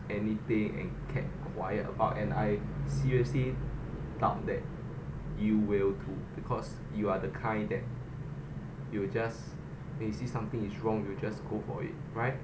anything and kept quiet about and I seriously doubt that you will too because you are the kind that you will just when you see something is wrong you will just go for it right